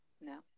No